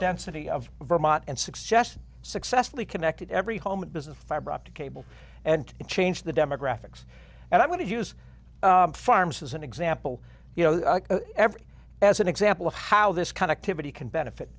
density of vermont and six just successfully connected every home and business fiber optic cable and change the demographics and i want to use farms as an example you know every as an example of how this kind of activity can benefit